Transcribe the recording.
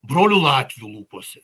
brolių latvių lūpose